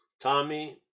tommy